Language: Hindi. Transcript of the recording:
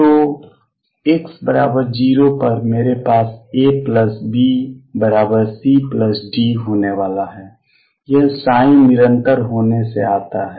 तो x0 पर मेरे पास ABCD होने वाला है यह ψ निरंतर होने से आता है